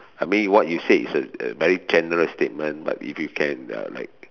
I mean what you said is a a very general statement but if you can that like